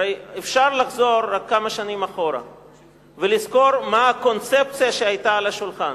הרי אפשר לחזור רק כמה שנים אחורה ולזכור מה הקונספציה שהיתה על השולחן.